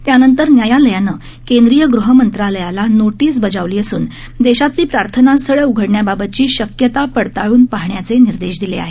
त्यानंतर न्यायालयानं केंद्रीय गृहमंत्रालयाला नोटीस बजावली असून देशातली प्रार्थनास्थळं उघडण्याबाबतची शक्यता पडताळून पाहण्याचे निर्देश दिले आहेत